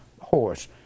horse